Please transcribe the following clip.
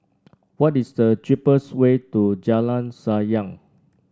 what is the cheapest way to Jalan Sayang